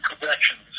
corrections